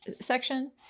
section